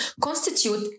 constitute